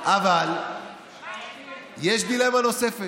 אבל יש דילמה נוספת: